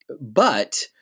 But-